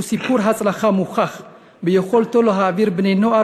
הוא סיפור הצלחה מוכח ביכולתו להעביר בני נוער